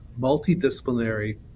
multidisciplinary